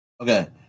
Okay